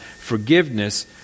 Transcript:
forgiveness